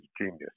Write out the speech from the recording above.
genius